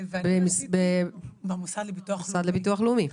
במוסד לביטוח לאומי.